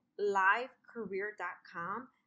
livecareer.com